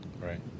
Right